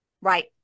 Right